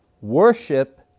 worship